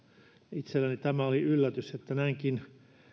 itselleni tämä oli yllätys että näinkin